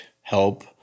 help